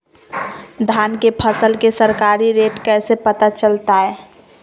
धान के फसल के सरकारी रेट कैसे पता चलताय?